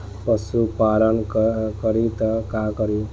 पशु विषपान करी त का करी?